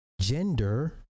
gender